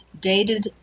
dated